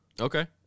okay